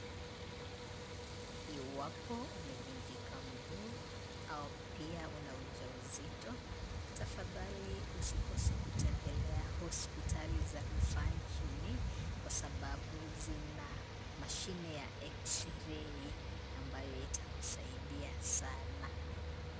Iwapo umevunjika mguu au pia una ujauzito, tafadhali usikose kutembelea hospitali za rufaa nchini kwa sababu zina mashine ya eksirei , ambayo itakusaidia sana.